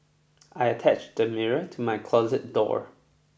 I attached the mirror to my closet door